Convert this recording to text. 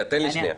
תן לי,